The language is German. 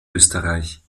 österreich